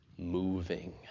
Moving